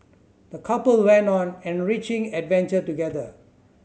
the couple went on an enriching adventure together